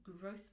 growth